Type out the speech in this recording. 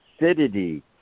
acidity